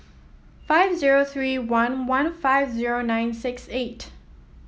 five zero three one one five zero nine six eight